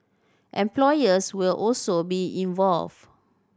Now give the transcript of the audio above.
employers will also be involved